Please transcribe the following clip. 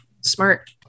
smart